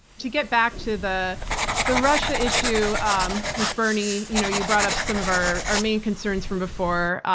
to get back to the the russia issue um with bernie, you know you brought up some of our our main concerns from before,